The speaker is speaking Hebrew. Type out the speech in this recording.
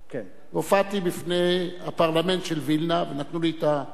והופעתי בפני הפרלמנט של וילנה ונתנו לי את הכבוד